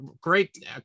great